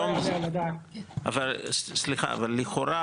אבל לכאורה,